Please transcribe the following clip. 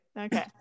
Okay